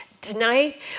tonight